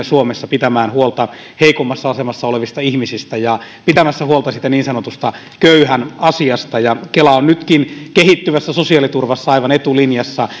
suomessa pitämään huolta heikommassa asemassa olevista ihmisistä ja pitämään huolta siitä niin sanotusta köyhän asiasta ja kela on nytkin kehittyvässä sosiaaliturvassa aivan etulinjassa